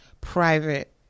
private